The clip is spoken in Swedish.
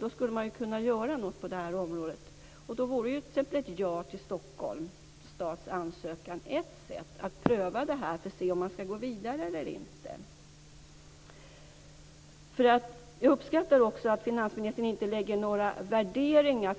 Då skulle man ju kunna göra något också på det här området. Man skulle t.ex. kunna säga ja när det gäller Stockholms stads ansökan. Det vore ett sätt att pröva det här för att se om man skall gå vidare eller inte. Jag uppskattar att finansministern inte lägger in några värderingar.